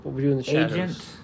agent